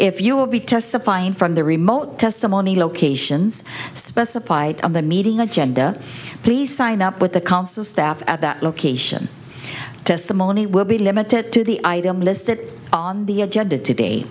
if you will be testifying from the remote testimony locations specified on the meeting agenda please sign up with the council staff at that location testimony will be limited to the item listed on the agenda to